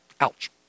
Ouch